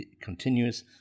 continuous